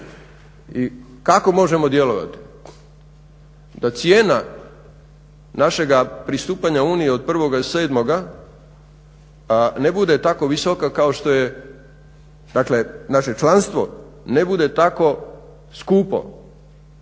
i kako možemo djelovati da cijena našega pristupanja Uniji od 1.7. ne bude tako visoka kao što je dakle naše članstvo, ne bude tako skupo